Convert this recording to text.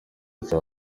cya